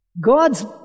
God's